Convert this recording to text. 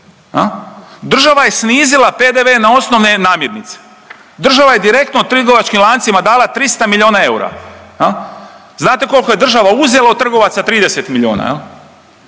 Država je snizila PDV na osnovne namirnice, država je direktno trgovačkim lancima dala 300 miliona eura. Znate koliko je država uzela od trgovaca? 30 miliona.